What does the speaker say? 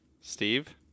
Steve